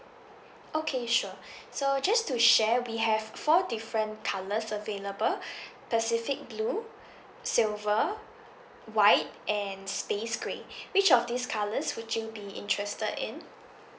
okay sure so just to share we have four different colors available pacific blue silver white and space grey which of these colors would you be interested in